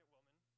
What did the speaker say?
woman